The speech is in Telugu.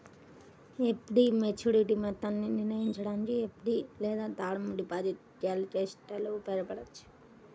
ఎఫ్.డి మెచ్యూరిటీ మొత్తాన్ని నిర్ణయించడానికి ఎఫ్.డి లేదా టర్మ్ డిపాజిట్ క్యాలిక్యులేటర్ను ఉపయోగించవచ్చు